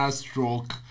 stroke